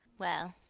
well,